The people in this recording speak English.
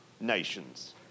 nations